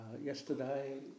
Yesterday